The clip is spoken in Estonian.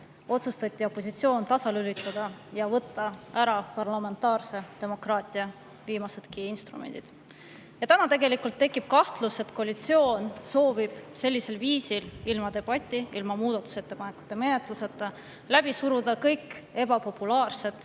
otsustati opositsioon tasalülitada ja võtta ära parlamentaarse demokraatia viimasedki instrumendid. Praegu tegelikult tekib kahtlus, et koalitsioon soovib sellisel viisil, ilma debati, ilma muudatusettepanekute menetlemiseta läbi suruda kõik ebapopulaarsed